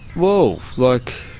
whoa! like,